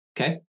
Okay